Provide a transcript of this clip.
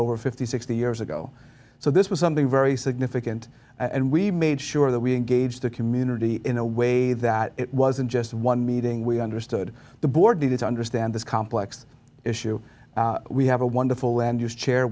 over fifty sixty years ago so this was something very significant and we made sure that we engage the community in a way that it wasn't just one meeting we understood the board needed to understand this complex issue we have a wonderful land use chair